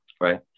right